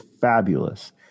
fabulous